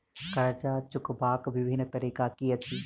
कर्जा चुकबाक बिभिन्न तरीका की अछि?